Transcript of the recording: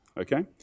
okay